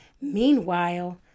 Meanwhile